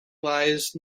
lies